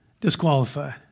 disqualified